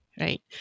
right